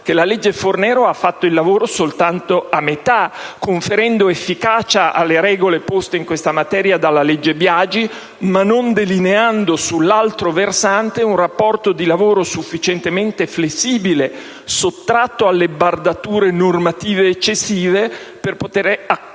che la legge Fornero ha fatto il lavoro soltanto a metà, conferendo efficacia alle regole poste in questa materia dalla legge Biagi, ma non delineando, sull'altro versante, un rapporto di lavoro sufficientemente flessibile, sottratto alle bardature normative eccessive, per poter accogliere